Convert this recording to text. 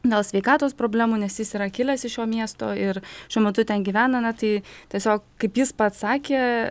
dėl sveikatos problemų nes jis yra kilęs iš miesto ir šiuo metu ten gyvena na tai tiesiog kaip jis pats sakė